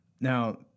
Now